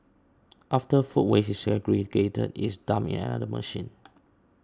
after food waste is segregated it is dumped in another machine